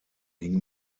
ging